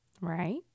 Right